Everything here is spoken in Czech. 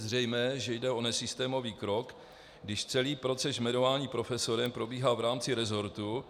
Je zřejmé, že jde o nesystémový krok, když celý proces jmenování profesorem probíhá v rámci rezortu...